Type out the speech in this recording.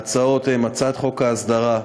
ההצעות הן: הצעת חוק ההסדרה,